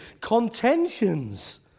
contentions